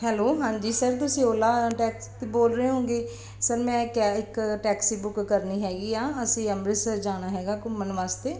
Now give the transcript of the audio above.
hello ਹਾਂਜੀ sir ਤੁਸੀਂ Ola taxi ਤੋਂ ਬੋਲ ਰਹੇ ਹੋਗੇ ਸਰ ਮੈਂ ਇੱਕ ਕੈ ਇੱਕ ਟੈਕਸੀ ਬੁੱਕ ਕਰਨੀ ਹੈਗੀ ਆ ਅਸੀਂ ਅੰਮ੍ਰਿਤਸਰ ਜਾਣਾ ਹੈਗਾ ਘੁੰਮਣ ਵਾਸਤੇ